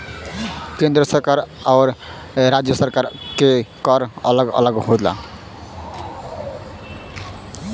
केंद्र सरकार आउर राज्य सरकार के कर अलग अलग होला